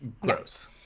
gross